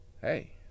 hey